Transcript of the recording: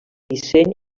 disseny